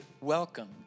Welcome